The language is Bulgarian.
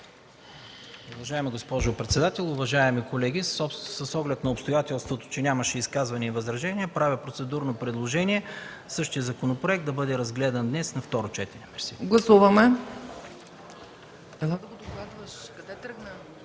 Уважаема госпожо председател, уважаеми колеги! С оглед на обстоятелството, че нямаше изказвания и възражения, правя процедурно предложение същият законопроект да бъде разгледан днес и на второ четене. Мерси.